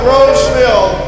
Roseville